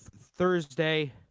Thursday